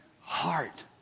heart